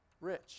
Rich